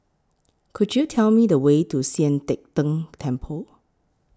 Could YOU Tell Me The Way to Sian Teck Tng Temple